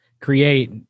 create